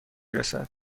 رسد